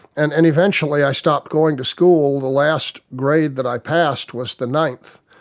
and and eventually i stopped going to school. the last grade that i passed was the ninth,